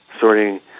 sorting